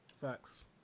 Facts